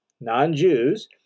non-Jews